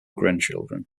grandchildren